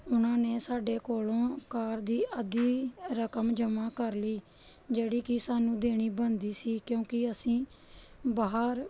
ਉਹਨਾਂ ਨੇ ਸਾਡੇ ਕੋਲੋਂ ਕਾਰ ਦੀ ਅੱਧੀ ਰਕਮ ਜਮ੍ਹਾਂ ਕਰ ਲਈ ਜਿਹੜੀ ਕਿ ਸਾਨੂੰ ਦੇਣੀ ਬਣਦੀ ਸੀ ਕਿਉਂਕਿ ਅਸੀਂ ਬਾਹਰ